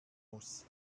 muss